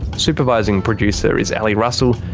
supervising producer is ali russell.